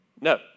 No